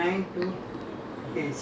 so you have to finish